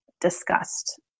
discussed